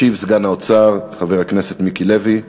ישיב סגן שר האוצר, חבר הכנסת מיקי לוי.